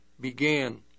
began